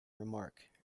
remark